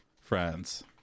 friends